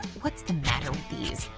what's the matter with these?